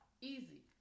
Easy